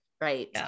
Right